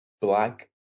black